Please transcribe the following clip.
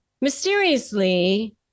mysteriously